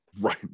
Right